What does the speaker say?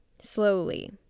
slowly